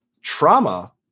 trauma